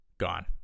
gone